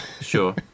sure